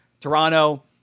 Toronto